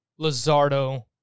Lizardo